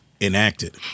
enacted